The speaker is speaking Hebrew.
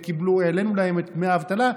העלינו להם את דמי האבטלה,